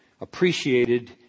appreciated